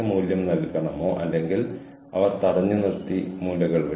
പക്ഷേ നിങ്ങൾ എന്നെ ശ്രദ്ധിക്കുമ്പോൾ ഞാൻ നിങ്ങളോട് സംസാരിക്കുന്നത് പോലെയാണ്